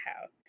house